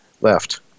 left